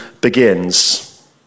begins